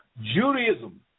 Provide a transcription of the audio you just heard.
Judaism